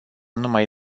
numai